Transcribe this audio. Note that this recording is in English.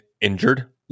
injured